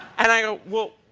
and i go, well,